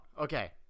Okay